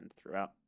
throughout